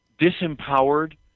disempowered